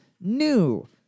new